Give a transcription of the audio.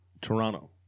Toronto